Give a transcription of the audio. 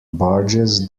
barges